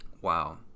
Wow